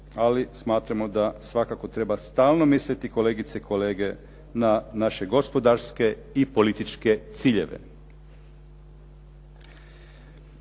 Ali smatramo da svakako treba stalno misliti kolegice i kolege na naše gospodarske i političke ciljeve.